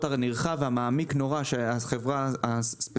הנרחב והמעמיק מאוד שהחברה הספציפית ואחרות מקבלות.